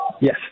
Yes